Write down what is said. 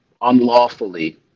unlawfully